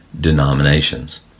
denominations